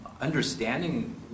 understanding